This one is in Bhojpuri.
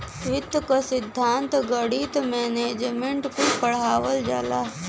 वित्त क सिद्धान्त, गणित, मैनेजमेंट कुल पढ़ावल जाला